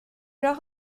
leur